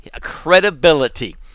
credibility